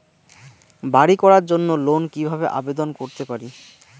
বাড়ি করার জন্য লোন কিভাবে আবেদন করতে পারি?